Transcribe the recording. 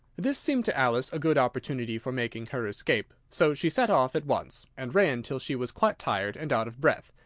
this seemed to alice a good opportunity for making her escape so she set off at once, and ran till she was quite tired and out of breath,